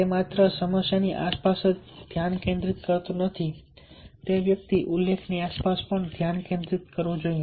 તે માત્ર સમસ્યાની આસપાસ જ ધ્યાન કેન્દ્રિત કરતું નથી તે વ્યક્તિ ઉકેલની આસપાસ પણ ધ્યાન કેન્દ્રિત કરવું જોઈએ